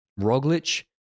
Roglic